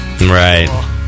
Right